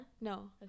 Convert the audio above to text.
No